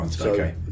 Okay